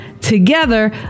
together